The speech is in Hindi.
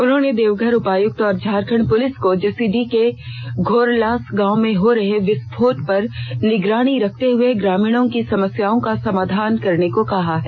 उन्होंने देवघर उपायुक्त और झारखण्ड पुलिस को जसीडीह के घोरलास गांव में हो रहे विस्फोट पर निगरानी रखते हए ग्रामीणों की समस्याओं का समाधान करने को कहा है